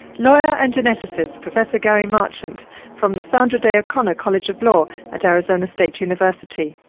lawyer and geneticist professor gary marchant from the sandra day o'connor college of law at arizona state university.